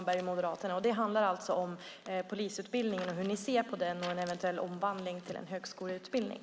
Herr talman! Jag har en fråga till Krister Hammarbergh från Moderaterna. Hur ser ni på polisutbildningen och en eventuell omvandling till en högskoleutbildning?